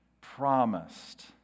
promised